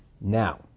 Now